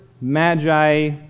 magi